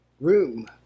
Room